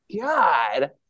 god